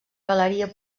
galeria